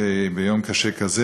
ביום קשה כזה,